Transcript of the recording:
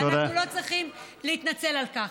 אנחנו לא צריכים להתנצל על כך.